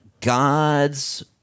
God's